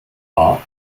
wahr